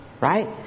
Right